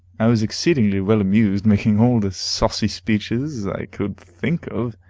i was exceedingly well amused, making all the saucy speeches i could think of,